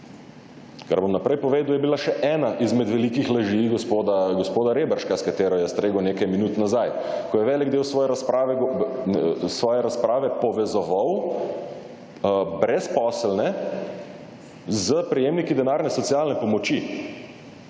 Kar bom naprej povedal, je bila še ena izmed velikih laži gospoda Reberška, s katero je stregel nekaj minut nazaj, ko je velik del svoje razprave povezoval brezposelne z prejemniki denarne socialne pomoči.